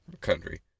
country